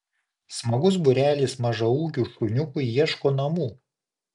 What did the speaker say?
smagus būrelis mažaūgių šuniukų ieško namų